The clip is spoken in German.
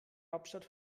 hauptstadt